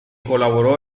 colaboró